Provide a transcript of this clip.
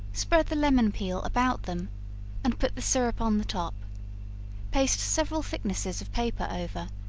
spread the lemon peel about them and put the syrup on the top paste several thicknesses of paper over,